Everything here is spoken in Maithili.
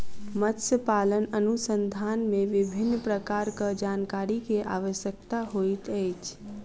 मत्स्य पालन अनुसंधान मे विभिन्न प्रकारक जानकारी के आवश्यकता होइत अछि